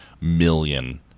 million